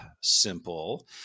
simple